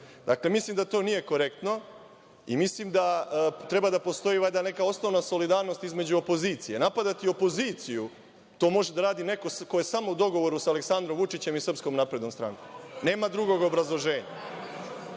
mislim da to nije korektno i mislim da treba da postoji valjda neka osnovna solidarnost između opozicije. Napadati opoziciju, to može da radi neko ko je samo u dogovoru sa Aleksandrom Vučićem i SNS. Nema drugog obrazloženja. Iz